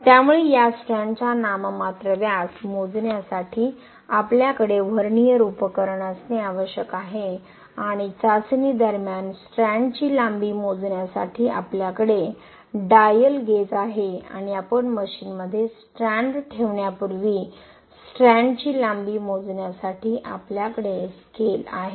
त्यामुळे या स्ट्रँडचा नाममात्र व्यास मोजण्यासाठी आपल्याकडे व्हर्नियर उपकरण असणे आवश्यक आहे आणि चाचणी दरम्यान स्ट्रँडची लांबी मोजण्यासाठी आपल्याकडे डायल गेज आहे आणि आपण मशीनमध्ये स्ट्रँड ठेवण्यापूर्वी स्ट्रँडची लांबी मोजण्यासाठी आपल्याकडे स्केल आहे